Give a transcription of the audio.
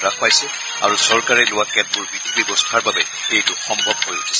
হ্ৰাস পাইছে আৰু চৰকাৰে লোৱা কেতবোৰ বিধি ব্যৱস্থাৰ বাবে এইটো সম্ভৱ হৈছে